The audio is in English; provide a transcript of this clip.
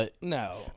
No